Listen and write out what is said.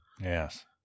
Yes